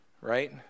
right